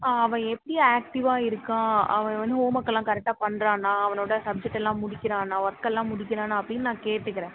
அவன் எப்படி ஆக்டிவாக இருக்கான் அவன் வந்து ஹோம் ஒர்க் எல்லாம் கரெக்டாக பண்ணுறானா அவனோட சப்ஜெக்ட்டு எல்லாம் முடிக்கிறானா ஒர்க் எல்லாம் முடிக்கிறானா அப்படின்னு நான் கேட்டுக்குறேன்